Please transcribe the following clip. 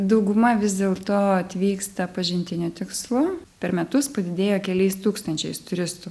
dauguma vis dėlto atvyksta pažintiniu tikslu per metus padidėjo keliais tūkstančiais turistų